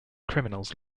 criminals